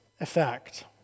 effect